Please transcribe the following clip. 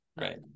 Right